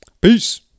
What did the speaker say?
Peace